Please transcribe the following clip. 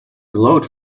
glowed